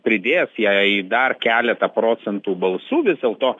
pridės jai dar keletą procentų balsų vis dėlto